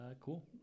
cool